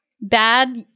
Bad